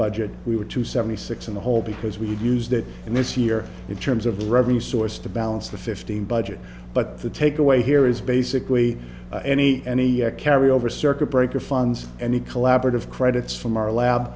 budget we were to seventy six in the hole because we'd use that in this year in terms of the revenue source to balance the fifteen budget but the takeaway here is basically any any carry over circuit breaker funds any collaborative credits from our lab